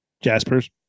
Jaspers